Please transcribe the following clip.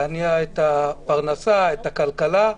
להניע את הפרנסה, את הכלכלה,